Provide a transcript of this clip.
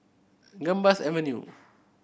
Gambas Avenue